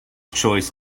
choice